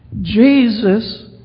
Jesus